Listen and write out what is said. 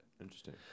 Interesting